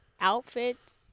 outfits